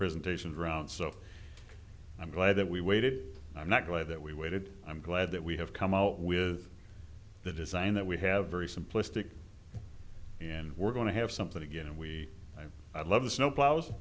presentations around so i'm glad that we waited i'm not buy that we waited i'm glad that we have come out with the design that we have very simplistic and we're going to have something again and we love the snowplows